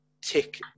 tick